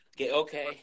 okay